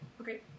Okay